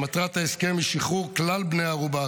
שמטרת ההסכם היא שחרור כלל בני הערובה,